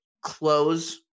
close